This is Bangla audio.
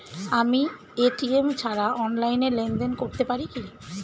আমি এ.টি.এম ছাড়া অনলাইনে লেনদেন করতে পারি কি?